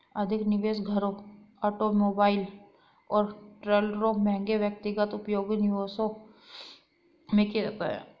अधिक निवेश घरों ऑटोमोबाइल और ट्रेलरों महंगे व्यक्तिगत उपभोग्य निवेशों में किया जाता है